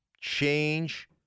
change